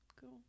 cool